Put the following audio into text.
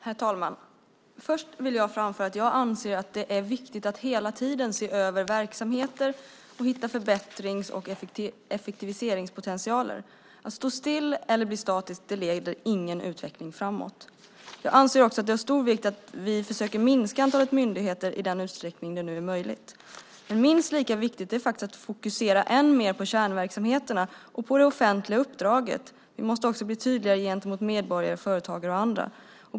Herr talman! Jag vill börja med att framföra att jag anser att det är viktigt att hela tiden se över verksamheter och hitta förbättrings och effektiviseringspotentialer. Att stå still eller bli statisk leder inte utvecklingen framåt. Jag anser också att det är av stor vikt att vi försöker minska antalet myndigheter i den utsträckning det är möjligt. Minst lika viktigt är dock att fokusera än mer på kärnverksamheterna och på det offentliga uppdraget. Vi måste även bli tydligare gentemot medborgare, företagare och andra.